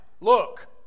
Look